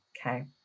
Okay